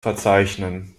verzeichnen